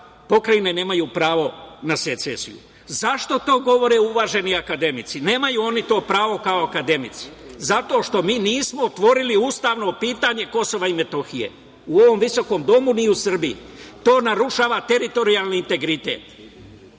pokrajine nemaju pravo na secesiju? Zašto to govore uvaženi akademici? Nemaju oni to pravo kao akademici, zato što mi nismo otvorili ustavno pitanje Kosova i Metohije, u ovom visokom domu, ni u Srbiji. To narušava teritorijalni integritet,